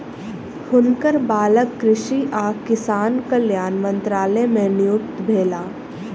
हुनकर बालक कृषि आ किसान कल्याण मंत्रालय मे नियुक्त भेला